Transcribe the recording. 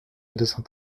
médecin